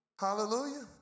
Hallelujah